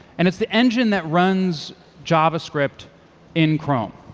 and it's the engine that runs javascript in chrome.